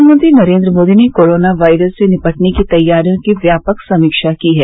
प्रधानमंत्री नरेंद्र मोदी ने corona virus से निपटने की तैयारियों की व्यापक समीक्षा की है